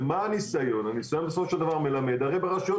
הניסיון בסופו של דבר מלמד שאת הרשויות